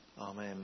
Amen